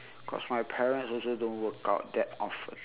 cause my parents also don't workout that often